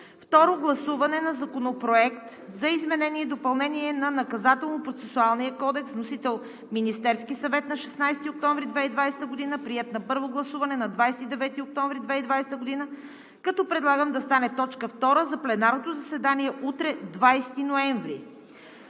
Второ гласуване на Законопроекта за изменение и допълнение на Наказателно-процесуалния кодекс. Вносител – Министерският съвет на 16 октомври 2020 г. Приет на първо гласуване на 29 октомври 2020 г., като предлагам да стане точка втора за пленарното заседание – утре, 20 ноември